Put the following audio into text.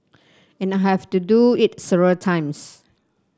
and I have to do it several times